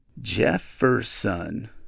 Jefferson